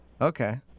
Okay